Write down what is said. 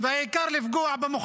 ואני חושב שגם אזרחי ישראל לא